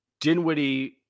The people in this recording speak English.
Dinwiddie